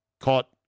Caught